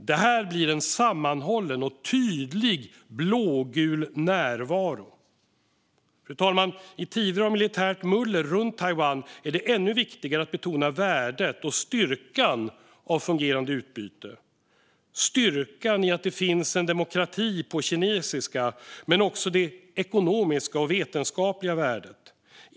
Det blir en sammanhållen och tydlig blågul närvaro. Fru talman! I tider av militärt muller runt Taiwan är det ännu viktigare att betona värdet och styrkan av ett fungerande utbyte - styrkan i att det finns en demokrati på kinesiska men också det ekonomiska och vetenskapliga värdet.